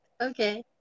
okay